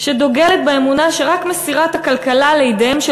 שדוגלת באמונה שרק מסירת הכלכלה לידיהם של